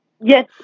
Yes